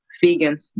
vegan